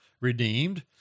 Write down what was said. redeemed